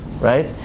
right